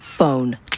phone